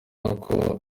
uko